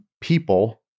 people